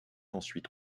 ensuite